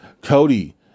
Cody